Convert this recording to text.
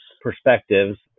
perspectives